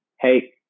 hey